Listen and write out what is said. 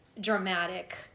dramatic